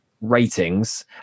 ratings